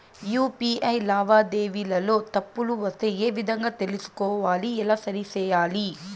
UPI లావాదేవీలలో తప్పులు వస్తే ఏ విధంగా తెలుసుకోవాలి? ఎలా సరిసేయాలి?